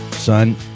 Son